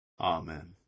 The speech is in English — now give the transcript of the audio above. Amen